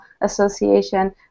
association